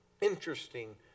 interesting